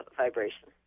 vibration